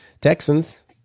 texans